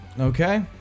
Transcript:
Okay